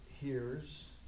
hears